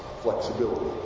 flexibility